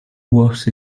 was